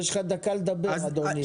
יש לך דקה לסיים, אדוני.